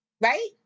Right